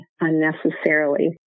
unnecessarily